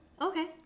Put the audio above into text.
Okay